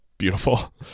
beautiful